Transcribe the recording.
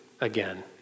again